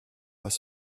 pas